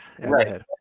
right